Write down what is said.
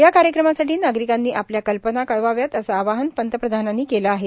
या कार्यक्रमासाठी नागरिकांनी आपल्या कल्पना कळवाव्यात असं आवाहन पंतप्रधानांनी केलं आहे